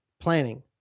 Planning